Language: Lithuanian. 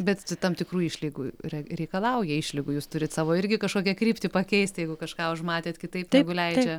bet tam tikrų išlygų reikalauja išlygų jūs turit savo irgi kažkokią kryptį pakeisti jeigu kažką užmatėt kitaip negu leidžia